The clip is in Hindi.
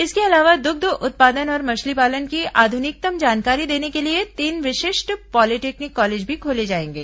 इसके अलावा दुग्ध उत्पादन और मछली पालन की आधुनिकतम जानकारी देने के लिए तीन विशिष्ट पॉलीटेक्निक कॉलेज भी खोले जायेंगे